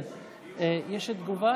יש תגובה?